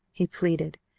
he pleaded,